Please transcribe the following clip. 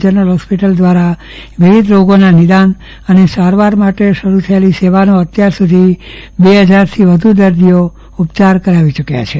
general hospital દ્વારાવિવિધ રોગોનાં નિદાન અને સારવાર માટે શરૂ થયેલી સેવા નો અત્યાર સુધી બે હજારથી વધુ દર્દીઓ ઉપયાર કરાવી ચુક્યા છે